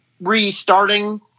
restarting